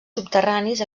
subterranis